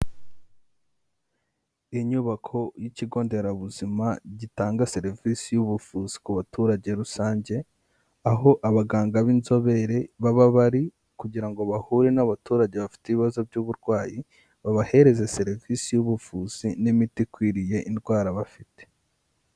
Inyubako y'ikigo nderabuzima gitanga serivisi y'ubuvuzi ku baturage rusange, aho abaganga b'inzobere baba bari kugira ngo bahure n'abaturage bafite ibibazo by'uburwayi babaheze serivisi y'ubuvuzi n'imiti ikwiriye indwara bafite.